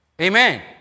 Amen